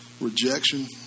rejection